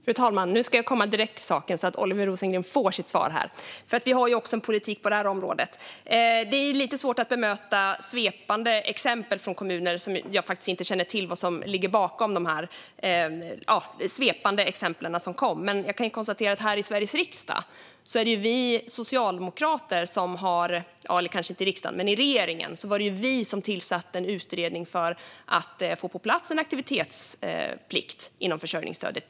Fru talman! Nu ska jag komma direkt till saken så att Oliver Rosengren får sitt svar. Vi har också en politik på det här området. Det är lite svårt att bemöta svepande exempel från kommuner när jag inte känner till vad som ligger bakom. Jag kan konstatera att det var den förra regeringen som tillsatte en utredning för att få på plats en aktivitetsplikt inom försörjningsstödet.